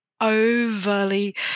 overly